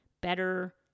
better